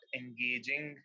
engaging